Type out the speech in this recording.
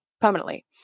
permanently